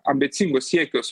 ambicingus siekius